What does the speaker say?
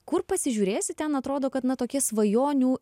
kur pasižiūrėsi ten atrodo kad na tokie svajonių